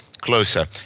closer